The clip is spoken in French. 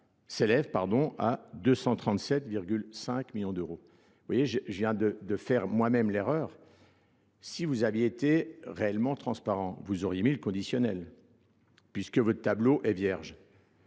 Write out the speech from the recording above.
s'élève à 237,5 millions d'euros. Vous voyez, je viens de faire moi-même l'erreur. Si vous aviez été réellement transparent, vous auriez mis le conditionnel, puisque votre tableau est vierge.